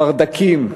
החרד"קים,